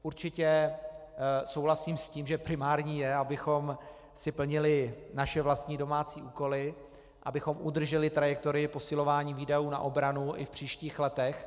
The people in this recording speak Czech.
Určitě souhlasím s tím, že primární je, abychom plnili naše vlastní domácí úkoly, abychom udrželi trajektorii posilování výdajů na obranu i v příštích letech.